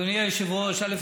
אדוני היושב-ראש, א.